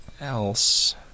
else